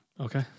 Okay